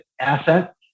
asset